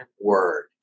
word